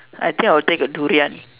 I think I'll take a durian